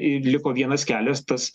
liko vienas kelias tas